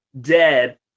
dead